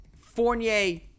Fournier